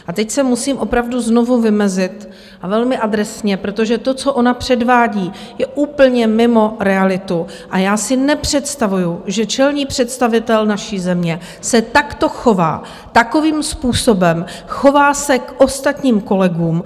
A teď se musím opravdu znovu vymezit, a velmi adresně, protože to, co ona předvádí, je úplně mimo realitu a já si nepředstavuji, že čelný představitel naší země se takto chová, takovým způsobem se chová k ostatním kolegům.